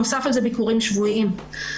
ובנוסף לזה ביקורים שבועיים.